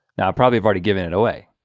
now i probably have already given it away.